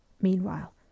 Meanwhile